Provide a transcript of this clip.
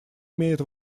имеют